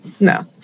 no